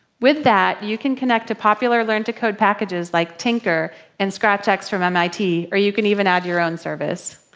with that, you can connect to popular learn to code packages like tynker and scratchx from mit, or you can even add your own service.